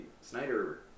Snyder